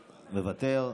מוותר,